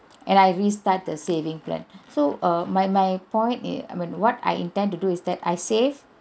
and I restart the saving plan so err my my point i~ I mean what I intend to do is that I save